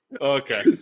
Okay